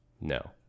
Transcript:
No